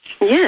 Yes